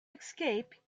escape